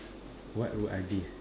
what would I be